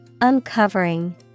Uncovering